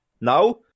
now